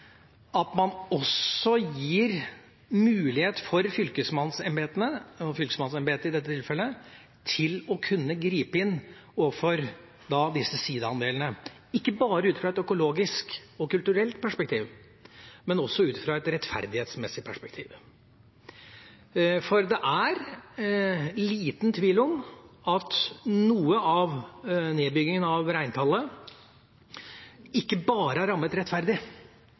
at man også gir mulighet for fylkesmannsembetet til å kunne gripe inn overfor disse siidaandelene, ikke bare ut fra et økologisk og kulturelt perspektiv, men også ut fra et rettferdighetsperspektiv. Det er liten tvil om at noe av nedbyggingen av reintallet ikke bare har rammet rettferdig,